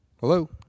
Hello